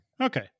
Okay